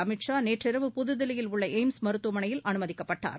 அமீத் ஷா நேற்றிரவு புதுதில்லியில் உள்ள எய்ம்ஸ் மருத்துவமனையில் அனுமதிக்கப்பட்டார்